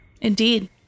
Indeed